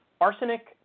Arsenic